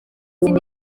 izindi